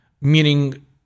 Meaning